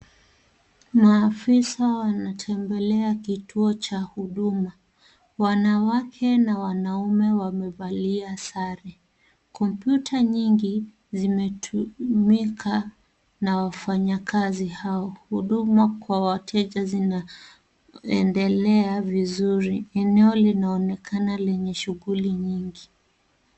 Kuna afisa anatembelea kituo cha huduma. Wanawake na wanaume wamevalia sare. Kompyuta nyingi zimetumika na wafanyakazi hao. Huduma kwa wateja zinaendelea vizuri. Eneo linaonekana lenye shughuli nyingi.